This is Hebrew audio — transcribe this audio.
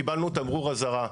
קיבלנו תמרור אזהרה.